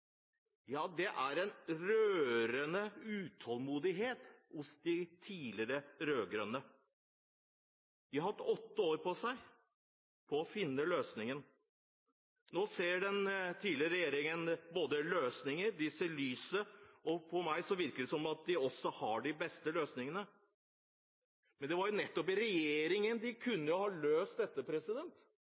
Ja, det er en rørende utålmodighet hos de tidligere rød-grønne. De har hatt åtte år på seg til å finne løsningen. Nå ser den tidligere regjeringen løsninger, de ser lyset, og på meg virker det som om de også har de beste løsningene. Men det var nettopp i regjering de kunne ha løst dette,